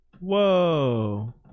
Whoa